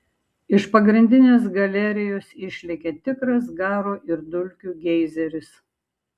iš pagrindinės galerijos išlekia tikras garo ir dulkių geizeris